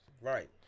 Right